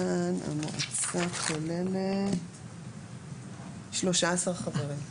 כאן המועצה כוללת 13 חברים.